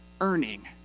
earning